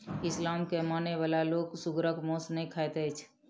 इस्लाम के मानय बला लोक सुगरक मौस नै खाइत अछि